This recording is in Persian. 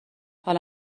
حالا